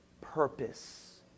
purpose